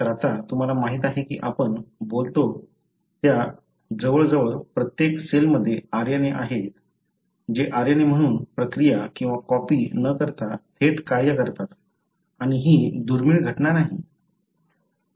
तर आता तुम्हाला माहित आहे की आपण बोलतो त्या जवळ जवळ प्रत्येक सेलमध्ये RNA आहेत जे RNA म्हणून प्रक्रिया किंवा कॉपी न करता थेट कार्य करतात आणि ही दुर्मिळ घटना नाही